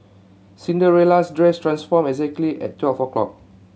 Cinderella's dress transformed exactly at twelve o' clock